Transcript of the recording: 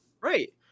Right